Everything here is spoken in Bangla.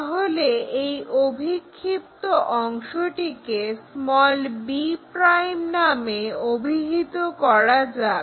তাহলে এই অভিক্ষিপ্ত অংশটিকে b' নামে অভিহিত করা যাক